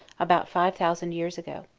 about five thousand years ago.